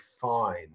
fine